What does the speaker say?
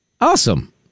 awesome